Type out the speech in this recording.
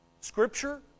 Scripture